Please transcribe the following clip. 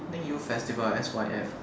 I think youth festival ah S_Y_F